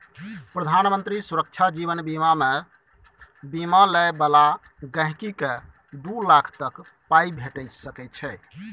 प्रधानमंत्री सुरक्षा जीबन बीमामे बीमा लय बला गांहिकीकेँ दु लाख तक पाइ भेटि सकै छै